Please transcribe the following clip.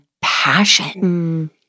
passion